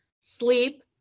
sleep